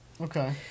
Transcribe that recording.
Okay